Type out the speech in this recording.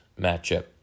matchup